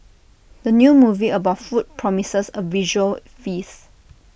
the new movie about food promises A visual feast